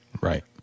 right